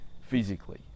physically